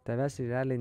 tavęs realiai